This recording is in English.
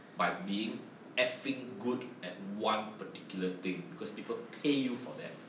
by being effing good at one particular thing because people pay you for that